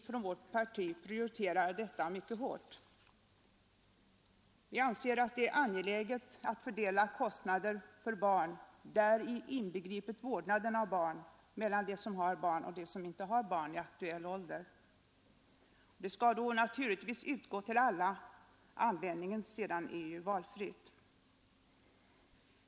Från vårt parti prioriterar vi detta hårt. Det är angeläget att fördela kostnaderna för barn, däri inbegripet vårdnaden om barn, mellan dem som har barn och dem som inte har barn i aktuell ålder. Vårdnadsbidraget skall naturligtvis utgå till alla, användningen av det är sedan valfri.